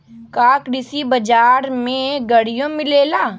का कृषि बजार में गड़ियो मिलेला?